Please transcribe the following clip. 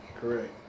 Correct